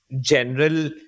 general